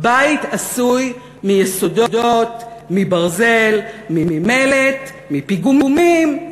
בית עשוי מיסודות, מברזל, ממלט, מפיגומים,